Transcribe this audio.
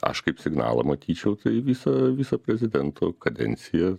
aš kaip signalą matyčiau į visą visą prezidento kadenciją